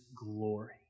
glory